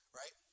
right